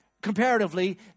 Comparatively